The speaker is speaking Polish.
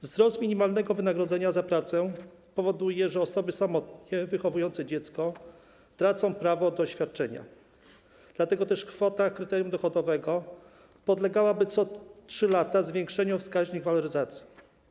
Wzrost minimalnego wynagrodzenia za pracę powoduje, że osoby samotnie wychowujące dziecko tracą prawo do świadczenia, dlatego też kwota kryterium dochodowego podlegałaby co 3 lata zwiększeniu o wskaźnik waloryzacji.